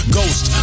Ghost